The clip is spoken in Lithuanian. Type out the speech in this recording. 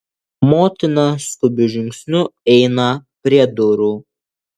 motina skubiu žingsniu eina prie durų